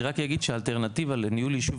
אני רק אגיד שהאלטרנטיבה לניהול יישוב